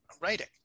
writing